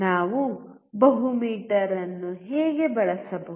ನಾವು ಬಹು ಮೀಟರ್ ಅನ್ನು ಹೇಗೆ ಬಳಸಬಹುದು